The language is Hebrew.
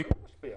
פתיחה